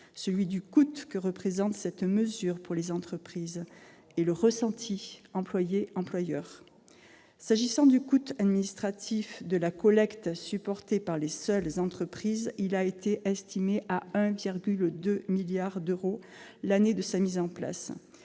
: le coût que représente cette mesure pour les entreprises et le ressenti des employés et des employeurs. Le coût administratif de la collecte, supporté par les seules entreprises, a été estimé à 1,2 milliard d'euros l'année de la mise en place